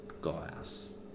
glass